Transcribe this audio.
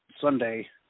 sunday